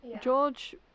George